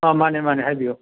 ꯑ ꯃꯥꯅꯦ ꯃꯥꯅꯦ ꯍꯥꯏꯕꯤꯌꯨ